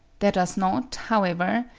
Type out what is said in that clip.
there does not, however,